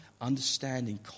understanding